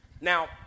Now